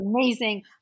amazing